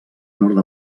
nord